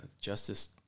Justice